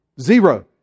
Zero